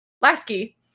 Lasky